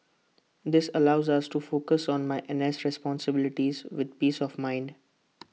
this allows us to focus on my N S responsibilities with peace of mind